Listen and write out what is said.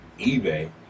eBay